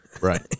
Right